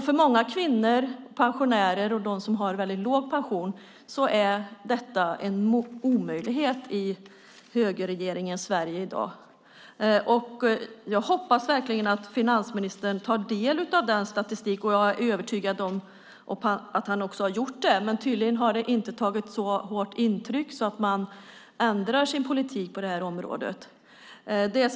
För många kvinnor, pensionärer och de som har låg pension, är detta en omöjlighet i högerregeringens Sverige i dag. Jag hoppas verkligen att finansministern tar del av denna statistik, och jag är övertygad om att han också har gjort det. Men tydligen har det inte gjort ett så stort intryck att regeringen ändrar sin politik på detta område.